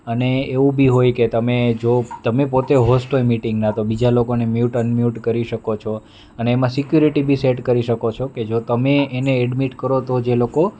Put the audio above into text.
અને એવું બી હોય કે તમે જો તમે પોતે હોસ્ટ હોય મીટીંગના તો બીજા લોકોને મ્યુટ અનમ્યુટ કરી શકો છો અને એમાં સિક્યુરિટી બી સેટ કરી શકો છો કે જો તમે એને એડમિટ કરો તો જ એ લોકો